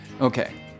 Okay